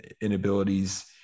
inabilities